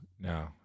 No